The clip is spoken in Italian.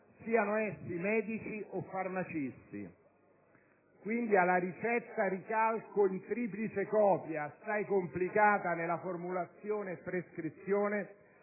siano essi medici o farmacisti. Quindi, alla ricetta in triplice copia a ricalco, assai complicata nella formulazione e prescrizione,